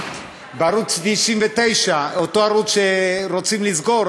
בערוץ 99, אותו ערוץ שרוצים לסגור.